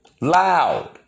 loud